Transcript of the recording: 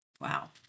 Wow